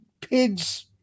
pig's